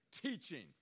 teaching